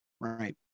Right